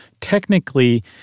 Technically